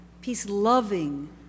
peace-loving